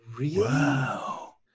wow